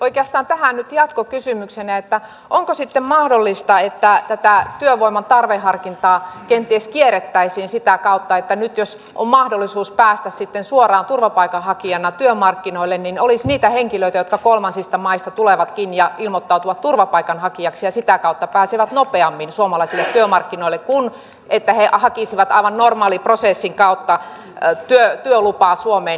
oikeastaan tähän nyt jatkokysymyksenä että onko sitten mahdollista että tätä työvoiman tarveharkintaa kenties kierrettäisiin sitä kautta että nyt jos on mahdollisuus päästä sitten suoraan turvapaikanhakijana työmarkkinoille niin olisi niitä henkilöitä jotka kolmansista maista tulevatkin ja ilmoittautuvat turvapaikanhakijaksi ja sitä kautta pääsevät nopeammin suomalaisille työmarkkinoille kuin että he hakisivat aivan normaaliprosessin kautta työlupaa ja oleskelulupaa suomeen